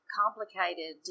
complicated